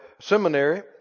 seminary